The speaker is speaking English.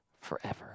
forever